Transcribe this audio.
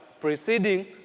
preceding